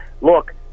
Look